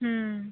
ᱦᱮᱸ